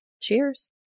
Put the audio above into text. Cheers